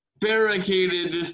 barricaded